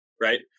right